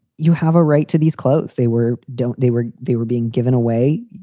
you have a right to these clothes. they were, don't they? were they were being given away.